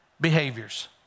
behaviors